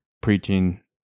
preaching